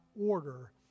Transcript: Order